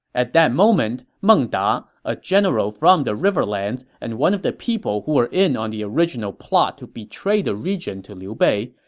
at this moment, meng da, a general from the riverlands and one of the people who were in on the original plot to betray the region to liu bei,